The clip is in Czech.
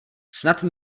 snad